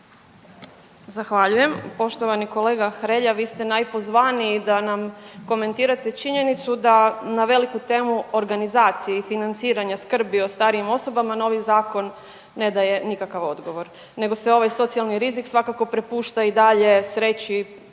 Zahvaljujem. Poštovani kolega Hrelja. Vi ste najpozvaniji da nam komentirate činjenicu da na veliku temu o organizaciji i financiranja skrbi o starijim osobama novi zakon ne daje nikakav odgovor nego se ovaj socijalni rizik svakako prepušta i dalje sreći